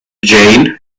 jane